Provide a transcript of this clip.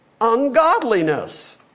ungodliness